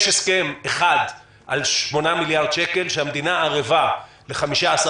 יש הסכם אחד על 8 מיליארד שקלים שהמדינה ערבה ב-15%.